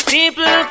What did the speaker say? People